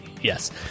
Yes